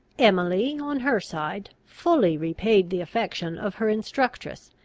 emily, on her side, fully repaid the affection of her instructress,